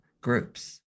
groups